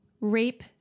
rape